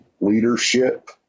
leadership